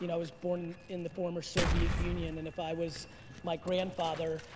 you know i was born in the former soviet union, and if i was my grandfather,